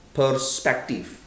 perspective